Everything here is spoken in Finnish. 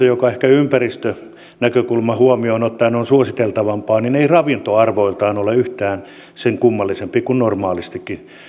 joka ehkä ympäristönäkökulman huomioon ottaen on suositeltavampaa ei ravintoarvoiltaan ole yhtään sen kummallisempaa kuin normaalistikaan